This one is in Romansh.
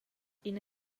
ina